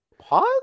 pause